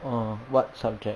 oh what subject